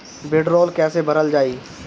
भीडरौल कैसे भरल जाइ?